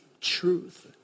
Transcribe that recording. truth